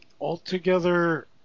altogether